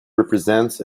represents